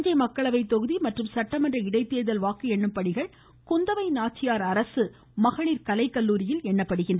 தஞ்சை மக்களவை தொகுதி மற்றும் சட்டமன்ற இடைத்தேர்தல் வாக்கு எண்ணும் பணிகள் குந்தவை நாச்சியார் அரசு மகளிர் கலைக்கல்லூரியிலும் எண்ணப்பட உள்ளன